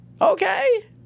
Okay